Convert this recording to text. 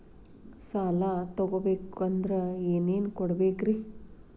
ಸಾಲ ತೊಗೋಬೇಕಂದ್ರ ಏನೇನ್ ಕೊಡಬೇಕ್ರಿ?